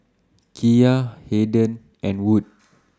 Kiya Harden and Wood